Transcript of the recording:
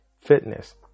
fitness